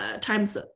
times